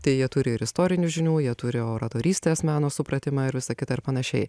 tai jie turi ir istorinių žinių jie turi oratorystės meno supratimą ir visa kita ir panašiai